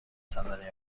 صندلی